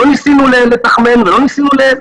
לא ניסינו לתחמן ולא ניסינו ל-.